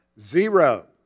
Zero